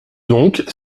donc